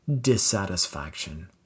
dissatisfaction